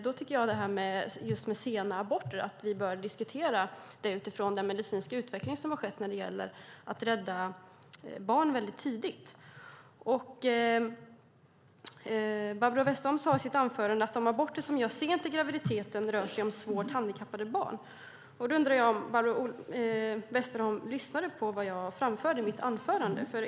Då tycker jag att vi bör diskutera sena aborter utifrån den medicinska utveckling som har skett när det gäller att rädda barn väldigt tidigt. Barbro Westerholm sade i sitt anförande att de aborter som görs sent i graviditeten rör sig om svårt handikappade barn. Då undrar jag om Barbro Westerholm lyssnade på det jag framförde i mitt anförande.